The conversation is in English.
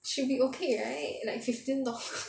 should be okay right like fifteen dollars